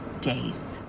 days